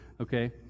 okay